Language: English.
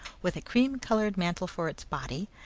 with a cream-coloured mantle for its body,